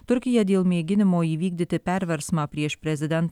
turkija dėl mėginimo įvykdyti perversmą prieš prezidentą